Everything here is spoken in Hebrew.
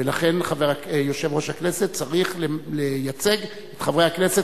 ולכן יושב-ראש הכנסת צריך לייצג את חברי הכנסת